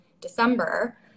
December